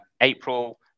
April